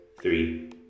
Three